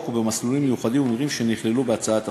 במסלולים מיוחדים ומהירים שנכללו בהצעת החוק.